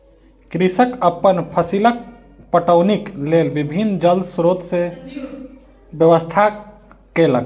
कृषक अपन फसीलक पटौनीक लेल विभिन्न जल स्रोत के व्यवस्था केलक